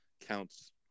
counts